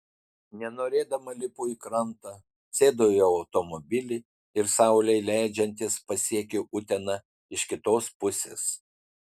nenorėdama lipu į krantą sėdu į automobilį ir saulei leidžiantis pasiekiu uteną iš kitos pusės